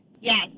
Yes